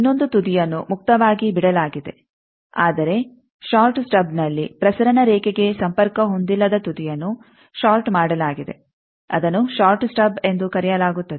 ಇನ್ನೊಂದು ತುದಿಯನ್ನು ಮುಕ್ತವಾಗಿ ಬಿಡಲಾಗಿದೆ ಆದರೆ ಷಾರ್ಟ್ ಸ್ಟಬ್ನಲ್ಲಿ ಪ್ರಸರಣ ರೇಖೆಗೆ ಸಂಪರ್ಕ ಹೊಂದಿಲ್ಲದ ತುದಿಯನ್ನು ಷಾರ್ಟ್ ಮಾಡಲಾಗಿದೆ ಅದನ್ನು ಷಾರ್ಟ್ ಸ್ಟಬ್ ಎಂದು ಕರೆಯಲಾಗುತ್ತದೆ